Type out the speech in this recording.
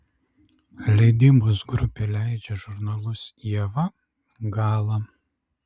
leidybos grupė leidžia žurnalus ieva gala